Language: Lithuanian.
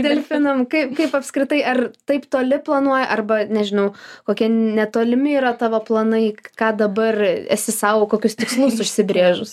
delfinam kaip kaip apskritai ar taip toli planuoji arba nežinau kokie netolimi yra tavo planai ką dabar esi sau kokius tikslus užsibrėžus